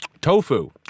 Tofu